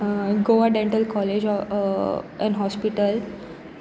Goa dental college and hospital